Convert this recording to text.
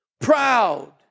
Proud